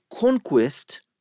conquest